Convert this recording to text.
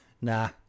nah